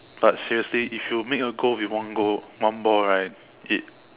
but seriously if you make your goal with one goal one ball right it